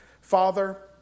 Father